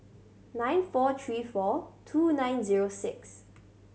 nine four three four two nine zero six